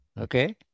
Okay